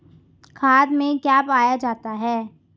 खाद में क्या पाया जाता है?